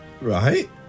Right